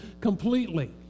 completely